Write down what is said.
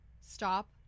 stop